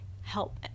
help